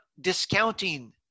discounting